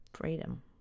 Freedom